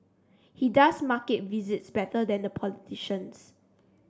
he does market visits better than the politicians